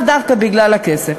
ולאו דווקא בגלל הכסף.